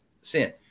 sin